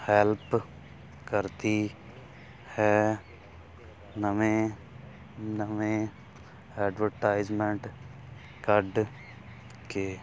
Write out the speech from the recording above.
help ਕਰਦੀ ਹੈ ਨਵੇਂ ਨਵੇਂ ਐਡਵਰਟਾਈਜਮੈਂਟ ਕੱਢ ਕੇ